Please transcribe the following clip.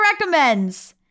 recommends